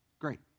great